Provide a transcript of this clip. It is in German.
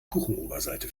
kuchenoberseite